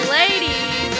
ladies